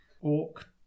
Orc